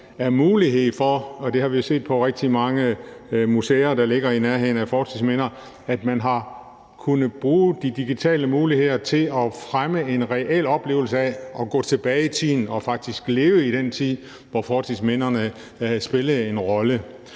er mulighed for – og det har vi jo set på rigtig mange museer, der ligger i nærheden af fortidsminder – at man kan bruge de nyeste digitale muligheder til at fremme en reel oplevelse af at gå tilbage i tiden og faktisk leve i den tid, hvor fortidsminderne spillede en rolle.